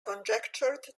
conjectured